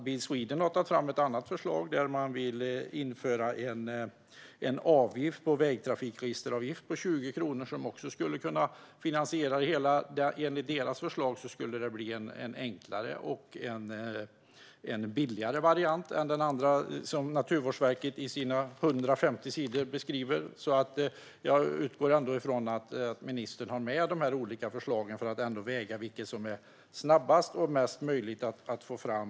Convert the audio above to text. Bil Sweden har tagit fram ett annat förslag och vill införa en vägtrafikregisteravgift på 20 kronor, som skulle kunna finansiera det hela. Enligt dem skulle det bli en enklare och billigare variant än den som Naturvårdsverket beskriver på sina 150 sidor. Jag utgår från att ministern tar med sig de här olika förslagen för att bedöma vad som är snabbast att ta fram.